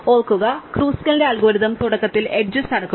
ഓർക്കുക ക്രൂസ്കലിന്റെ അൽഗോരിതം തുടക്കത്തിൽ എഡ്ജസ് അടുക്കുക